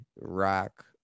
rock